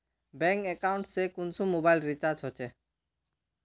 Bank account से कुंसम mobile recharge होचे?